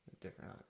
Different